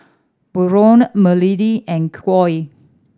Barron Marilee and Coy